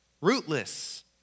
rootless